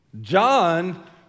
John